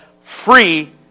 free